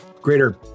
greater